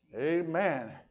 Amen